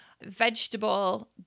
vegetable